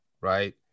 Right